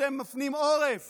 אתם מפנים עורף